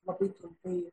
labai trumpai